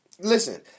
Listen